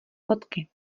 fotky